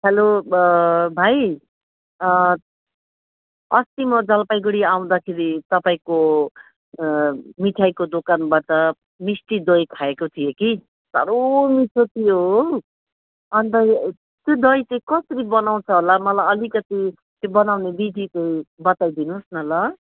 hello भ भाइ अस्ति म जलपाइगुडी आउँदाखेरि तपाईँको मिठाईको दोकानबाट मिस्टी दही खाएको थिएँ कि दह्रो मिठो थियो हो अन्त त्यो चाहिँ कसरी बनाउँछ होला मलाई अलिकति त्यो बनाउनु विधिको बताइदिनुहोस् न ल